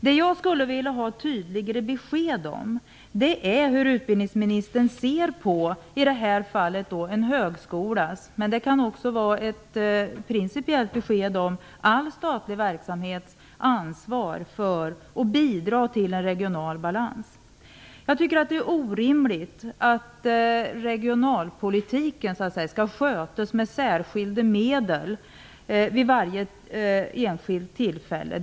Det jag skulle vilja ha tydligare besked om är hur utbildningsministern ser på i det här fallet en högskolas, men det kan också vara ett principiellt besked om all statlig verksamhet, ansvar för att bidra till en regional balans. Jag tycker det är orimligt att regionalpolitiken skall skötas med särskilda medel vid varje enskilt tillfälle.